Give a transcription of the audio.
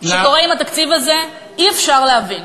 שקורה עם התקציב הזה אי-אפשר להבין.